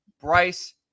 Bryce